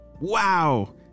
wow